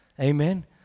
Amen